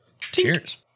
Cheers